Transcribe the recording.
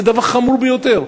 זה דבר חמור ביותר.